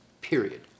period